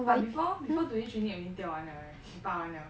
but before before during training already 掉完 liao right 你拔完 liao